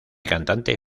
cantante